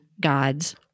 God's